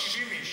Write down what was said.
70 איש.